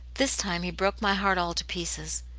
this time he broke my heart all to pieces,